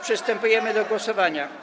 Przystępujemy do głosowania.